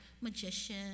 magician